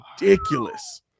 ridiculous